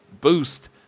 Boost